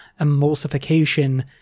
emulsification